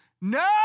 no